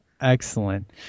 Excellent